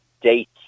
date